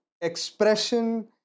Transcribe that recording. expression